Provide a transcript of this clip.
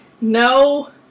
No